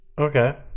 okay